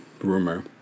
rumor